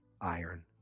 Iron